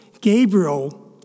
Gabriel